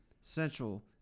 Central